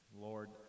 Lord